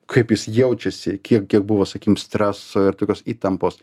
kaip jis jaučiasi kiek kiek buvo sakykim streso ir tokios įtampos